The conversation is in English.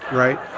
right.